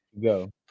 go